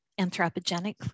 anthropogenic